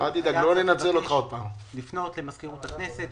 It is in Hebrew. הייתי מבקש לפנות למזכירות הכנסת,